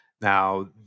Now